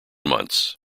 months